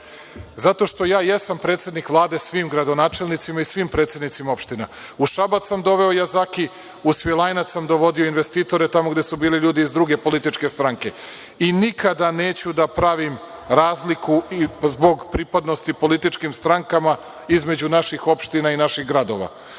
Zato što ja jesam predsednik Vlade svim gradonačelnicima i svim predsednicima opština. U Šabac sam doveo „Jazaki“. U Svilajnac sam dovodio investitore tamo gde su bili ljudi iz druge političke stranke i nikada neću da pravim razliku zbog pripadnosti političkim strankama između naših opština i naših gradova.